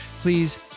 Please